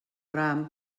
ram